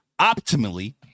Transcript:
optimally